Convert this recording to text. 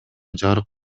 жарык